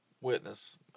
witness